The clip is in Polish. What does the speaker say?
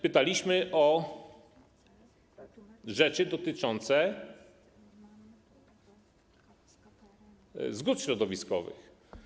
Pytaliśmy jeszcze o rzeczy dotyczące zgód środowiskowych.